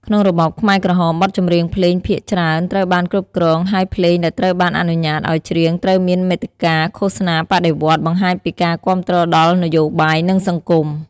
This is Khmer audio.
ក្នុងរបបខ្មែរក្រហម បទចម្រៀងភ្លេងភាគច្រើនត្រូវបានគ្រប់គ្រង ហើយភ្លេងដែលត្រូវបានអនុញ្ញាតឲ្យច្រៀងត្រូវមានមាតិកាឃោសនាបដិវត្តន៍ បង្ហាញពីការគាំទ្រដល់នយោបាយ និងសង្គម។